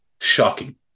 shocking